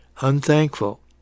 Unthankful